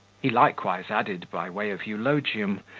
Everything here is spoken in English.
he likewise added, by way of eulogium,